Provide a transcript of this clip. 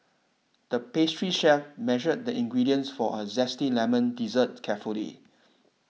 the pastry chef measured the ingredients for a Zesty Lemon Dessert carefully